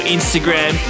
Instagram